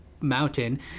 mountain